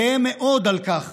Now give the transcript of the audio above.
גאה מאוד על כך,